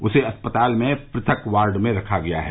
उसे अस्पताल में पृथक वार्ड में रखा गया है